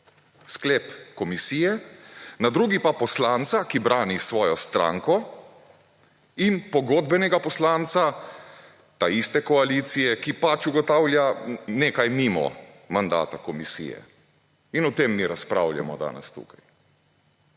sklep komisije, na drugi pa poslanca, ki brani svojo stranko, in pogodbenega poslanca taiste koalicije, ki pač ugotavlja nekaj mimo mandata komisije. In o tem mi razpravljamo danes tukaj.